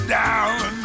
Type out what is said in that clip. down